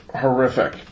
horrific